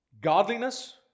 godliness